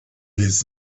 his